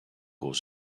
was